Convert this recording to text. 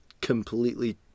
completely